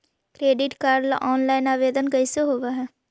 Credit card ल online आवेदन कैसे होब है?